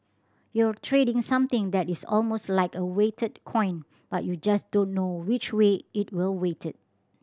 you're trading something that is almost like a weighted coin but you just don't know which way it will weighted